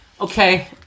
Okay